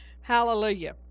Hallelujah